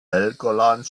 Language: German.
helgoland